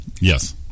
Yes